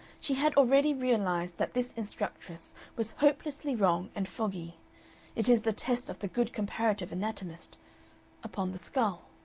she had already realized that this instructress was hopelessly wrong and foggy it is the test of the good comparative anatomist upon the skull.